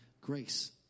grace